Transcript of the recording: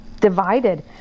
divided